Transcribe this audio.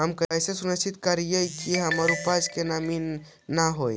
हम कैसे सुनिश्चित करिअई कि हमर उपज में नमी न होय?